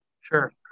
Sure